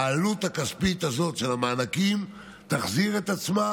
העלות הכספית הזאת של המענקים תחזיר את עצמה,